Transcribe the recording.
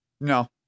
No